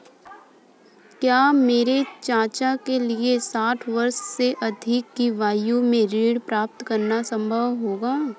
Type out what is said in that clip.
क्या मेरे चाचा के लिए साठ वर्ष से अधिक की आयु में ऋण प्राप्त करना संभव होगा?